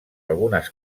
algunes